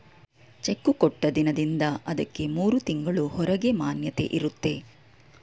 cheque ಕೊಟ್ಟ ದಿನದಿಂದ ಅದಕ್ಕೆ ಮೂರು ತಿಂಗಳು ಹೊರಗೆ ಮಾನ್ಯತೆ ಇರುತ್ತೆ